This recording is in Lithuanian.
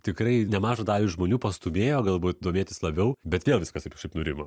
tikrai nemažą dalį žmonių pastūmėjo galbūt domėtis labiau bet vėl viskas taip kažkaip nurimo